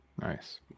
Nice